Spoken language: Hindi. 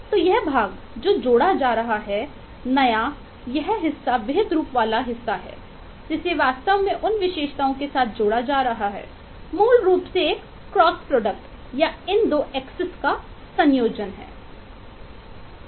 तो यह भाग जो जोड़ा जा रहा है नया यह हिस्सा विहित रूप वाला हिस्सा है जिसे वास्तव में उन विशेषताओं के साथ जोड़ा जा रहा है मूल रूप से एक क्रॉस प्रोडक्ट का संयोजन है